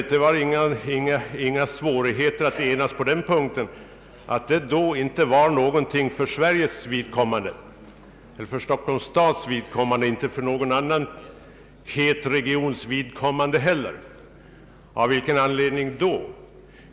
Men vi var enhälligt av den uppfattningen att etableringskontroll inte var någonting att applicera på Sverige, på Stockholms stad eller på någon annan expanderande region i vårt land. Av vilken anledning då?